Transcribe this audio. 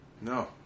No